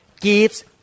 gives